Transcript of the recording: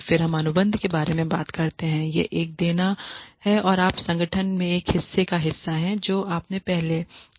फिर हम अनुबंध के बारे में बात करते हैं यह एक देना है और आप संगठन के एक हिस्से का हिस्सा हैं जो आपने पहले किया है